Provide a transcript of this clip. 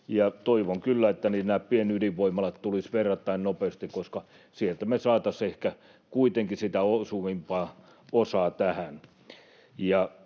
että nämä pienydinvoimalat tulisivat verrattain nopeasti, koska sieltä me saataisiin ehkä kuitenkin sitä osuvimpaa osaa tähän.